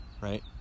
right